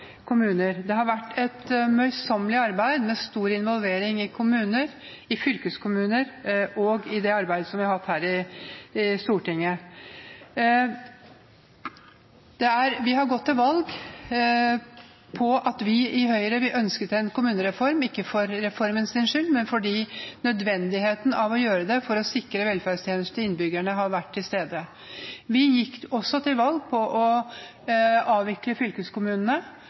kommuner. Det har vært et møysommelig arbeid med stor involvering i kommuner, i fylkeskommuner og i det arbeidet vi har hatt her i Stortinget. Vi har gått til valg på at vi i Høyre ønsket en kommunereform, ikke for reformens skyld, men fordi nødvendigheten av å gjøre det for å sikre velferdstjenester til innbyggerne har vært til stede. Vi gikk også til valg på å avvikle fylkeskommunene,